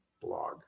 blog